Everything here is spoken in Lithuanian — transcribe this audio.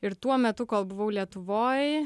ir tuo metu kol buvau lietuvoj